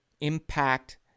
impact